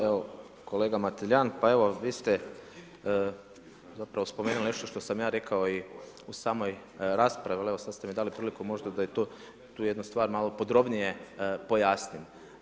Evo kolega Mateljan, pa evo vi ste zapravo spomenuli nešto što sam ja rekao i u samoj raspravi, ali evo sad ste mi dali priliku možda da i tu jednu stvar malo podrobnije pojasnim.